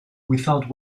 without